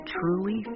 truly